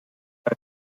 beim